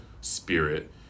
spirit